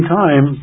time